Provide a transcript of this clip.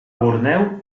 borneo